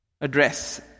address